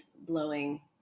blowing